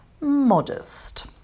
Modest